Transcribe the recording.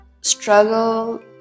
struggle